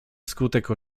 wskutek